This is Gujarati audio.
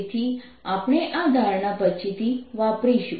તેથી આપણે આ ધારણા પછીથી વાપરીશું